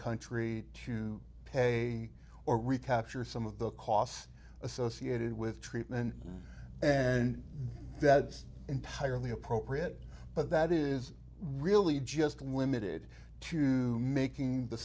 country to pay or recapture some of the costs associated with treatment and then that is entirely appropriate but that is really just limited to making the